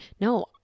No